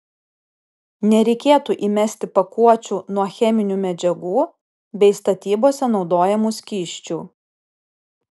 nereikėtų įmesti pakuočių nuo cheminių medžiagų bei statybose naudojamų skysčių